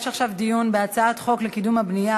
יש עכשיו דיון בהצעת חוק לקידום הבנייה